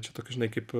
čia toks žinai kaip